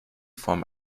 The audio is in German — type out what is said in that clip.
form